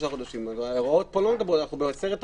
אנחנו בסרט אחר.